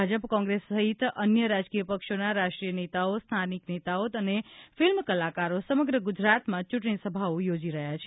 ભાજપ કોંગ્રેસ સહિત અન્ય રાજકીય પક્ષોના રાષ્ટ્રીય નેતાઓ સ્થાનિક નેતાઓ અને ફિલ્મ કલાકારો સમગ્ર ગુજરાતમાં ચૂંટણીસભાઓ યોજી રહ્યા છે